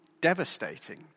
devastating